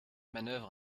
manœuvre